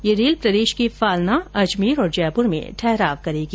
ये रेल प्रदेश के फालना अजमेर और जयपुर में ठहराव करेगी